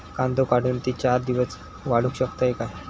कांदो काढुन ती चार दिवस वाळऊ शकतव काय?